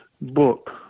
book